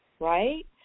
right